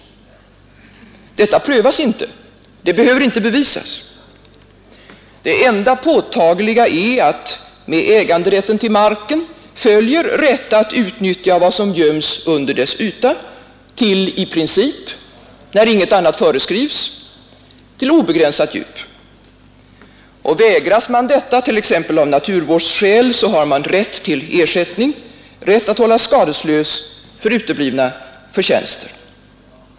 Detta prövas inte — det behöver inte bevisas. Det enda påtagliga är att med äganderätten till marken följer rätt att utnyttja vad som göms under dess yta, i princip — när ingenting annat föreskrivs — till obegränsat djup. Vägras man detta, t.ex. av naturvårdsskäl, har man rätt till ersättning, rätt att hållas skadeslös för uteblivna förtjänster.